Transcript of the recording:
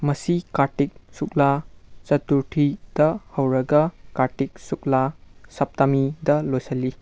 ꯃꯁꯤ ꯀꯥꯔꯇꯤꯛ ꯁꯨꯛꯂꯥ ꯆꯇꯨꯔꯊꯤꯗ ꯍꯧꯔꯒ ꯀꯥꯔꯇꯤꯛ ꯁꯨꯛꯂꯥ ꯁꯞꯇꯃꯤꯗ ꯂꯣꯏꯁꯤꯜꯂꯤ